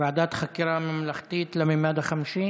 ועדת חקירה ממלכתית למימד החמישי.